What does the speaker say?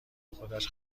خودش